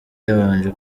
yabanje